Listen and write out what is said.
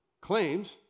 claims